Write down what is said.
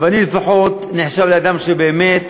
ואני לפחות נחשב לאדם שבאמת